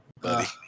buddy